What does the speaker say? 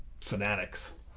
fanatics